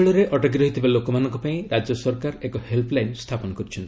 ଅଞ୍ଚଳରେ ଅଟକି ରହିଥିବା ଲୋକମାନଙ୍କ ପାଇଁ ରାଜ୍ୟ ସରକାର ଏକ ହେଲ୍ପ ଲାଇନ୍ ସ୍ଥାପନ କରିଛନ୍ତି